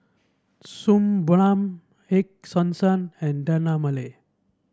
Suu Balm Ego Sunsense and Dermale